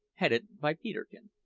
headed by peterkin.